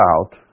out